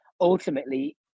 ultimately